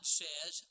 says